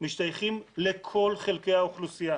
משתייכים לכל חלקי האוכלוסייה,